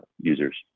users